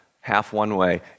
half-one-way